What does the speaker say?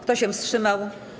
Kto się wstrzymał?